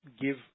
give